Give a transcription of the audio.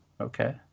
okay